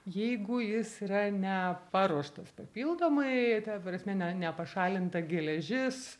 jeigu jis yra neparuoštas papildomai ta prasme ne nepašalinta geležis